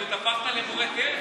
אתה הפכת למורה דרך,